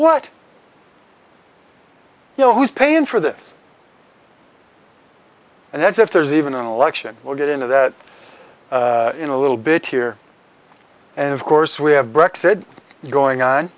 what you know who's paying for this and that's if there's even an election we'll get into that in a little bit here and of course we have